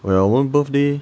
well one birthday